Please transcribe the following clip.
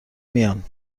میان